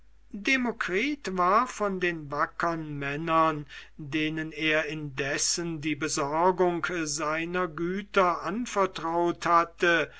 war von den wackern männern denen er indessen die besorgung seiner güter anvertrauet hatte